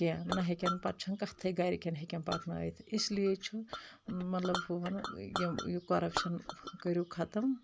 کینٛہہ نہ ہیٚکن پتہٕ چھنہٕ کَتھٕے گرِکؠن ہؠکن پکنٲیِتھ اِسلیے چھُ مطلب ہُہ وَن یِم یہِ کۄرَپشن کٔرِو خَتم